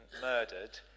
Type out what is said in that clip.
murdered